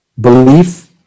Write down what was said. belief